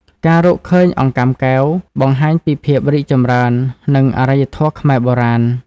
ការរកឃើញអង្កាំកែវបង្ហាញពីភាពរីកចម្រើន និងអរិយធម៌ខ្មែរបុរាណ។